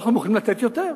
אנחנו מוכנים לתת יותר.